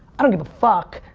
i don't give a fuck,